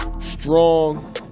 Strong